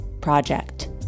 project